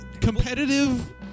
competitive